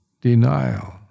Denial